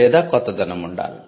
లేదా కొత్తదనం ఉండాలి